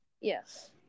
Yes